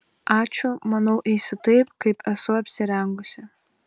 ačiū manau eisiu taip kaip esu apsirengusi